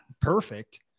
perfect